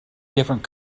different